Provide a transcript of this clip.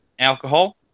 Alcohol